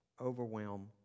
overwhelm